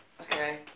Okay